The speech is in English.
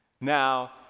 Now